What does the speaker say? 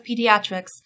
Pediatrics